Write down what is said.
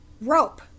Rope